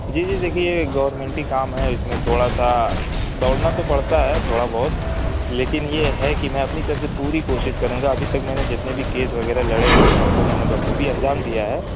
جی جی دیکھیے گورنمنٹی کام ہے اس میں تھوڑا سا دوڑنا تو پڑتا ہے تھوڑا بہت لیکن یہ ہے کہ میں اپنی طرف سے پوری کوشش کروں گا ابھی تک میں نے جتنے بھی کیس وغیرہ لڑے ہیں سب کو میں نے بخوبی انجام دیا ہے